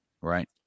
right